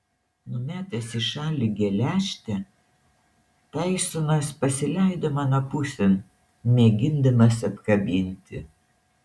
numetęs į šalį geležtę taisonas pasileido mano pusėn mėgindamas apkabinti